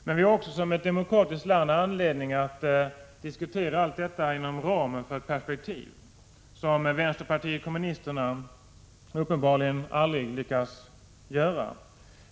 Men vi har också i ett demokratiskt land anledning att diskutera allt detta inom ramen för ett perspektiv, vilket vänsterpartiet kommunisterna uppenbarligen aldrig lyckas göra.